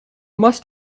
must